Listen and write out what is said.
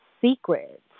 secrets